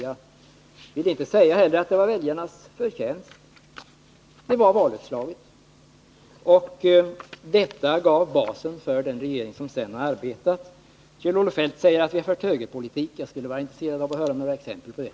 Jag vill inte heller säga att det var väljarnas förtjänst. Det var valutslaget som gav basen för den regering som sedan har arbetat. Kjell-Olof Feldt säger att vi har fört högerpolitik. Jag skulle vara intresserad av att få höra några exempel på det.